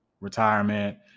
retirement